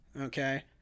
Okay